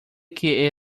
que